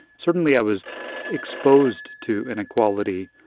certainly, i was exposed to inequality,